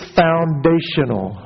foundational